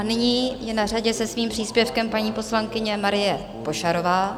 Nyní je na řadě se svým příspěvkem paní poslankyně Marie Pošarová.